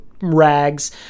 rags